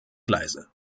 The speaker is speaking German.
gleise